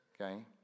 okay